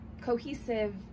cohesive